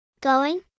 Going